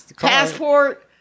passport